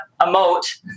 emote